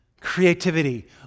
creativity